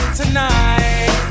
tonight